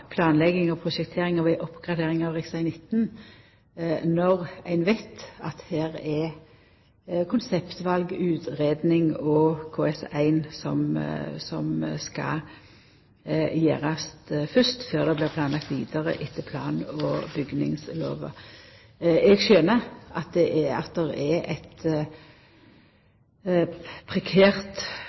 planlegging og prosjektering av ei oppgradering av rv. 19, når ein veit at konseptvalutgreiing og KS1 skal gjerast fyrst, før det blir planlagt vidare etter plan- og bygningslova? Eg skjøner at det er eit prekært dilemma, ei vanskeleg utfordring, når det gjeld Moss. Mitt beste råd der